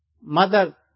mother